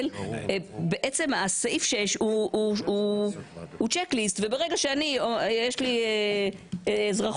בעצם סעיף 6 הוא צ'ק ליסט וברגע שיש לי אזרחות,